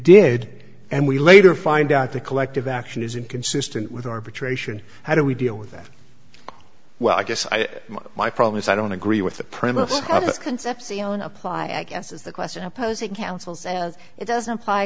did and we later find out the collective action is inconsistent with arbitration how do we deal with that well i guess i my problem is i don't agree with the premise of concepcion apply yes is the question opposing counsel says it doesn't apply